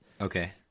Okay